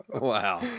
wow